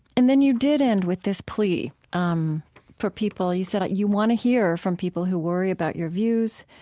and then you did end with this plea um for people. you said you want to hear from people who worry about your views.